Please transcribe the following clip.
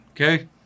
Okay